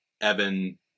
Evan